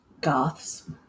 Goths